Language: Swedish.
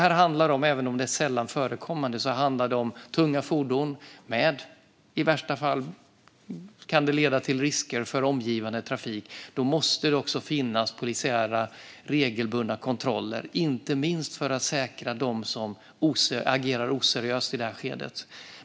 Även om detta är sällan förekommande handlar det om tunga fordon som i värsta fall kan leda till risker för omgivande trafik. Då måste det finnas regelbundna polisiära kontroller, inte minst för att komma åt dem som agerar oseriöst i det här skedet.